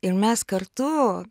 ir mes kartu